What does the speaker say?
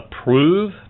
approve